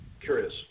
curious